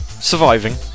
Surviving